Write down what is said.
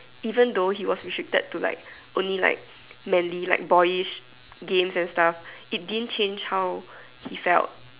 even though he was restricted to like only like manly like boyish games and stuff it didn't change how he felt